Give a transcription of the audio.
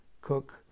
cook